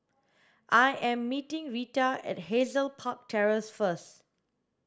I am meeting Reta at Hazel Park Terrace first